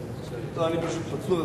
אני פשוט פצוע,